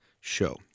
show